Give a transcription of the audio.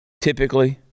typically